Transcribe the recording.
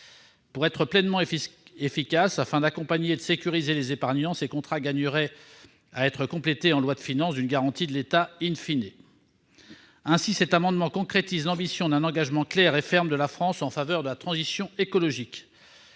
Pour être pleinement efficaces, afin d'accompagner et de sécuriser les épargnants, ces contrats gagneraient à être complétés en loi de finances d'une garantie de l'État. Ainsi, cet amendement tend à concrétiser l'ambition d'un engagement clair et ferme de la France en faveur de la transition écologique.